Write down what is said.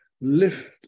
lift